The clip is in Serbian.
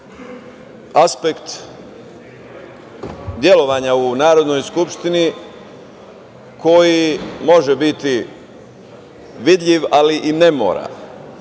aspekt delovanja u Narodnoj skupštini koji može biti vidljiv, ali i ne